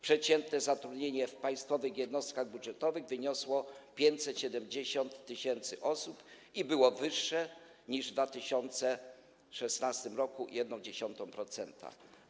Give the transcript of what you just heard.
Przeciętne zatrudnienie w państwowych jednostkach budżetowych wyniosło 570 tys. osób i było wyższe niż w 2016 r. o 0,1%.